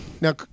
Now